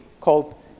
called